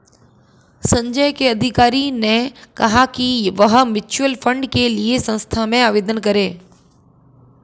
संजय के अधिकारी ने कहा कि वह म्यूच्यूअल फंड के लिए संस्था में आवेदन करें